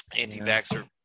Anti-vaxxer